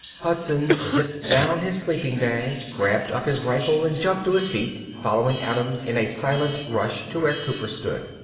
hudson zipped down his sleeping bag, grabbed up his rifle and jumped to his feet, following adams in a silent rush to where cooper stood.